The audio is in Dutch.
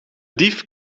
dief